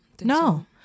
no